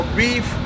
beef